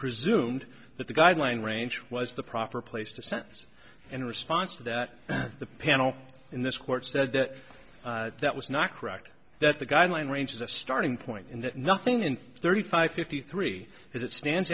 presumed that the guideline range was the proper place to sentence in response to that the panel in this court said that that was not correct that the guideline range as a starting point in that nothing in thirty five fifty three as it stands